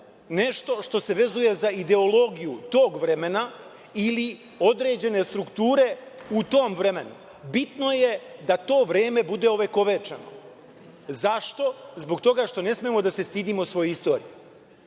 nešto što se vezuje za ideologiju tog vremena ili određene strukture u tom vremenu, bitno je da to vreme bude ovekovečeno. Zašto? Zbog toga što ne smemo da se stidimo svoje istorije,